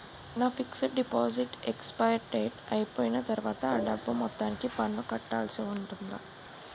నా fixed deposit expiry date అయిపోయిన తర్వాత అ డబ్బు మొత్తానికి పన్ను కట్టాల్సి ఉంటుందా?